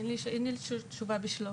אין לי תשובה ב'שלוף'.